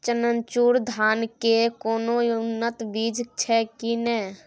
चननचूर धान के कोनो उन्नत बीज छै कि नय?